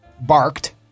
barked